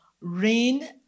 rain